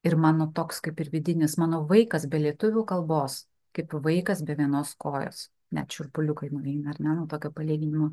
ir mano toks kaip ir vidinis mano vaikas be lietuvių kalbos kaip vaikas be vienos kojos net šiurpuliukai nueina ar ne nuo tokio palyginimo